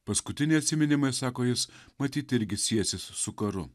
paskutiniai atsiminimai sako jis matyt irgi siesis su karu